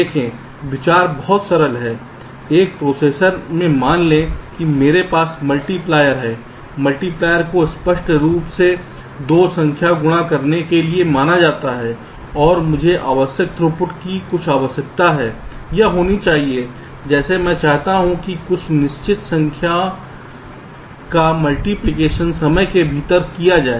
देखें विचार बहुत सरल है एक प्रोसेसर में मान लें कि मेरे पास मल्टीप्लायर है मल्टीप्लायर को स्पष्ट रूप से 2 संख्या गुणा करने के लिए माना जाता है और मुझे आवश्यक थ्रूपुट की कुछ आवश्यकता है या होना चाहिए जैसे मैं चाहता हूं कि कुछ निश्चित संख्या का मल्टीप्लिकेशन समय के भीतर किया जाए